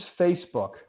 Facebook